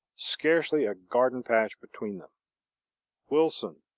scarcely a garden patch between them wilson,